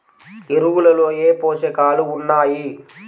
ఎరువులలో ఏ పోషకాలు ఉన్నాయి?